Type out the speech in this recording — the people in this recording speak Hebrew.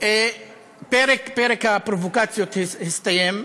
פרק הפרובוקציות הסתיים.